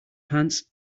pants